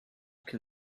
can